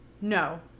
no